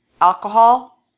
Alcohol